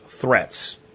threats